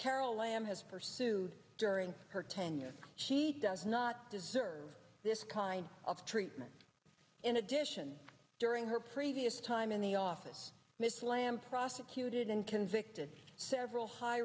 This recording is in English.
carol lam has pursued during her tenure she does not deserve this kind of treatment in addition during her previous time in the office miss lamb prosecuted and can victim several high